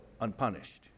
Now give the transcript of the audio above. unpunished